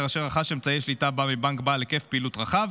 שרכש את אמצעי השליטה בה מבנק בעל היקף פעילות רחב.